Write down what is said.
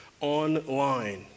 online